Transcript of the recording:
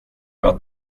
att